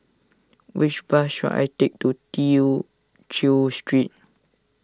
which bus should I take to Tew Chew Street